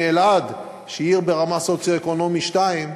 אלעד, שהיא עיר ברמה, אשכול סוציו-אקונומי 2,